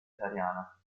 italiana